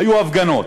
היו הפגנות,